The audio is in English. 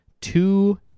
Two